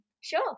Sure